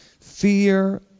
fear